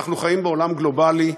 אנחנו חיים בעולם גלובלי,